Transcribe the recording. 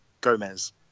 Gomez